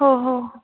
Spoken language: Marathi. हो हो